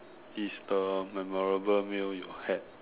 is the memorable meal you had